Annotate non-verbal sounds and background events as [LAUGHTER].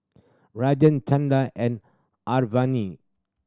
Rajan Chanda and [UNINTELLIGIBLE]